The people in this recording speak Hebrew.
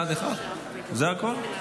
אחד בעד, זה הכול?